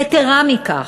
יתרה מכך,